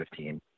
2015